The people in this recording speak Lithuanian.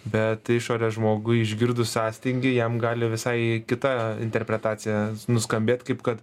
bet išorės žmogui išgirdus sąstingį jam gali visai kita interpretacija nuskambėt kaip kad